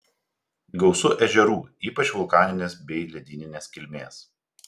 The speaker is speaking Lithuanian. gausu ežerų ypač vulkaninės bei ledyninės kilmės